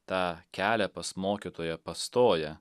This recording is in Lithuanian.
tą kelią pas mokytoją pastoja